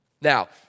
Now